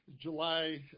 July